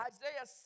Isaiah